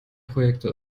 projektor